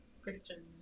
Christian